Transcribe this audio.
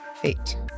fate